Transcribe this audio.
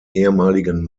ehemaligen